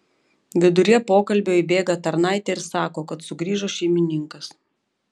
viduryje pokalbio įbėga tarnaitė ir sako kad sugrįžo šeimininkas